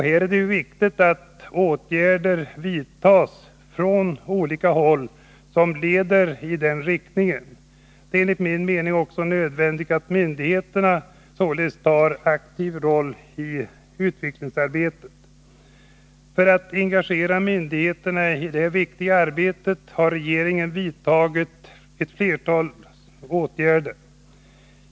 Här är det viktigt att åtgärder vidtas från olika håll som leder i den riktningen. Det är enligt min mening också nödvändigt att myndigheterna tar en aktiv del i utvecklingsarbetet. För att engagera myndigheterna i detta viktiga arbete har regeringen vidtagit ett flertal åtgärder.